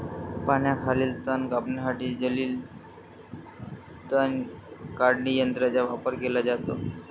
पाण्याखालील तण कापण्यासाठी जलीय तण काढणी यंत्राचा वापर केला जातो